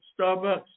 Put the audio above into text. Starbucks